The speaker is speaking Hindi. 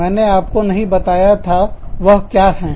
मैंने आपको नहीं बताया वह क्या थे